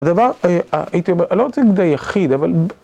הדבר, הייתי אומר, אני לא רוצה להגיד היחיד, אבל...